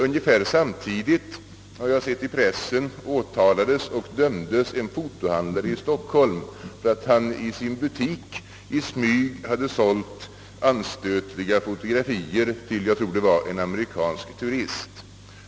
Ungefär samtidigt, har jag sett i pressen, åtalades och dömdes en fotohandlare i Stockholm för att han i sin butik i smyg hade sålt anstötliga fotografier till, som jag tror det var, en amerikansk turist.